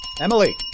Emily